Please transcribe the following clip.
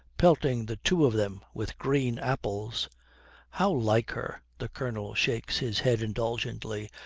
pelting the two of them with green apples how like her the colonel shakes his head indulgently.